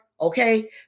okay